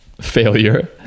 failure